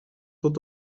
tot